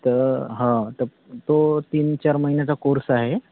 तर हा तर तो तीन चार महिन्याचा कोर्स आहे